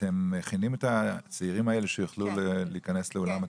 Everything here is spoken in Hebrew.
אתם מכינים את הצעירים האלה שיוכלו להיכנס לעולם התעסוקה?